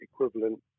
equivalent